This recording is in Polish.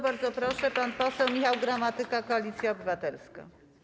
Bardzo proszę, pan poseł Michał Gramatyka, Koalicja Obywatelska.